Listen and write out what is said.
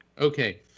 Okay